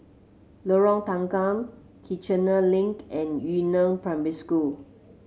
Lorong Tanggam Kiichener Link and Yu Neng Primary School